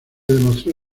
demostró